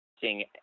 seeing